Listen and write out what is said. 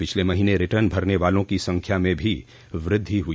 पिछले महीने रिटर्न भरने वालों की संख्या में भी वृद्धि हुई